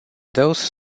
those